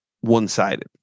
one-sided